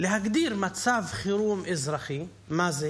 מצב חירום אזרחי, מה זה